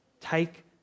Take